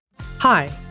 Hi